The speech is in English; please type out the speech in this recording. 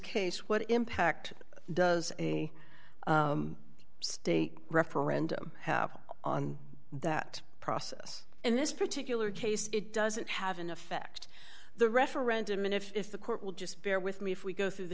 case what impact does a state referendum have on that process in this particular case it doesn't have an effect the referendum and if the court will just bear with me if we go through the